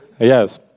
Yes